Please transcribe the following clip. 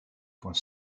point